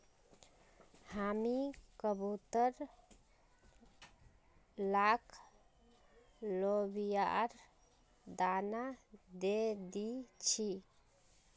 हामी कबूतर लाक लोबियार दाना दे दी छि